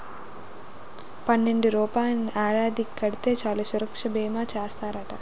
పన్నెండు రూపాయలని ఏడాది కడితే చాలు సురక్షా బీమా చేస్తారట